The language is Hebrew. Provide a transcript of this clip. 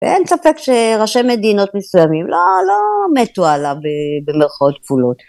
ואין ספק שראשי מדינות מסוימים לא מתו עליו במרכאות כפולות.